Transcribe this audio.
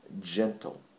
gentle